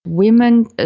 women